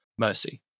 mercy